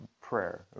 prayer